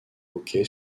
hockey